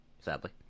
sadly